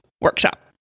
workshop